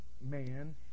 man